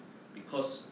because